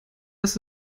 ist